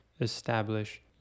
establish